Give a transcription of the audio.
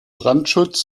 brandschutz